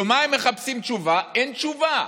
יומיים מחפשים תשובה, אין תשובה.